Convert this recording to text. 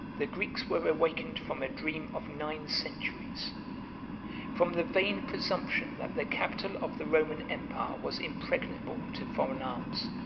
the greeks were awakened from a dream of nine centuries from the vain presumption that the capital of the roman empire was impregnable to foreign arms.